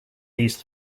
these